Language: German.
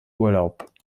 urlaub